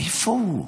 איפה הוא?